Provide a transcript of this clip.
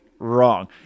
wrong